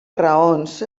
raons